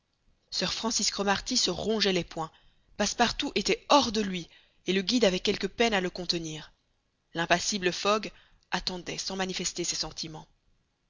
sir francis cromarty se rongeait les poings passepartout était hors de lui et le guide avait quelque peine à le contenir l'impassible fogg attendait sans manifester ses sentiments